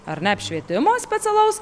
ar ne apšvietimo specialaus